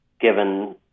given